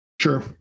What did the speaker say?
sure